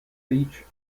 each